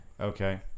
Okay